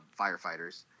firefighters